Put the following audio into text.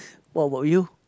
what about you